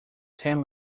ten